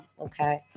Okay